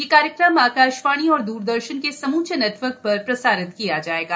यह कार्यक्रम आकाशवाणी और द्रदर्शन के समूचे नेटवर्क पर प्रसारित किया जाएगा